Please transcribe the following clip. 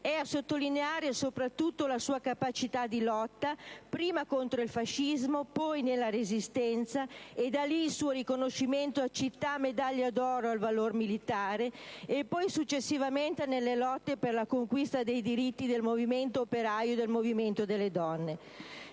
a sottolineare soprattutto la sua capacità di lotta, prima contro il fascismo, poi nella Resistenza - e da lì il suo riconoscimento a città medaglia d'oro al valore militare - e successivamente nelle lotte per la conquista dei diritti del movimento operaio e del movimento delle donne.